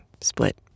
split